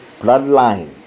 bloodline